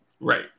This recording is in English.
Right